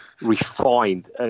refined